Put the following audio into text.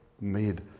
made